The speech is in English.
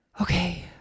okay